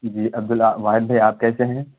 جی عبدل واحد بھائی آپ کیسے ہیں